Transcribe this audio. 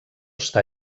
està